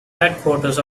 headquarters